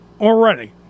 already